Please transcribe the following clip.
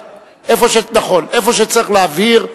איפה שצריך להבהיר,